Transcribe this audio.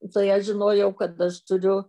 tai aš žinojau kad aš turiu